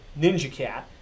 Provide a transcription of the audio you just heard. NinjaCat